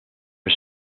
are